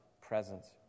presence